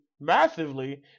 massively